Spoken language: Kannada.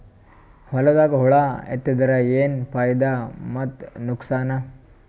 ಹೊಲದಾಗ ಹುಳ ಎತ್ತಿದರ ಏನ್ ಫಾಯಿದಾ ಮತ್ತು ನುಕಸಾನ?